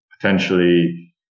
potentially